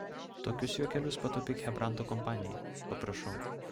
tokius juokelius pataupyk chebrantų kompanijai paprašau